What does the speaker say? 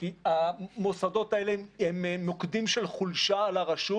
המוסדות האלה הם מוקדים של חולשה לרשות